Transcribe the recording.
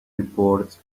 reports